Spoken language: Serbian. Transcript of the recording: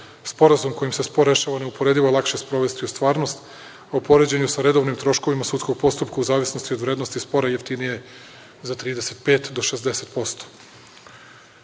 Sporazum kojim se spor rešava neuporedivo lakše je sprovesti u stvarnost u poređenju sa redovnim troškovima sudskog postupka u zavisnosti od vrednosti spora i jeftinije je za 35 do 60%.